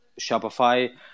Shopify